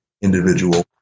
individual